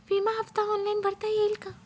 विमा हफ्ता ऑनलाईन भरता येईल का?